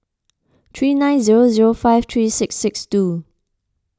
three nine zero zero five three six six two